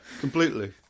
completely